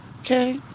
Okay